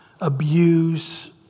abuse